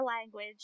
language